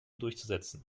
durchzusetzen